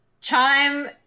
Chime